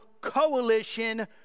coalition